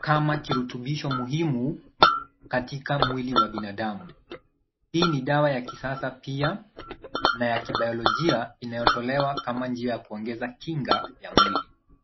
kama kirutubisho muhimu katika mwili wa binadamu. Hii ni dawa ya kisasa pia na ya kibayolojia inayotolewa kama njia ya kuongeza kinga ya mwili.